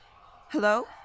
Hello